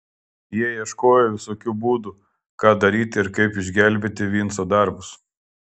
jie ieškojo visokių būdų ką daryti ir kaip išgelbėti vinco darbus